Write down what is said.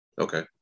Okay